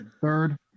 third